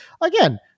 again